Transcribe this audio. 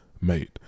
made